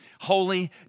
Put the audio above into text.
holy